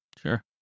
Sure